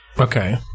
Okay